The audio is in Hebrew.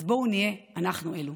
אז בואו נהיה אנחנו אלה.